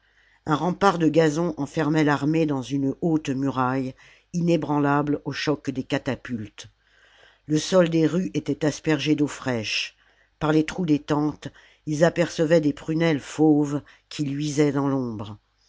un rempart de gazon enfermait l'armée dans une haute muraille inébranlable au choc des catapultes le sol des rues était aspergé d'eau fraîche par les trous des tentes ils apercevaient des prunelles fauves qui luisaient dans fombre